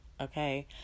Okay